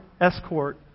escort